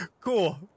Cool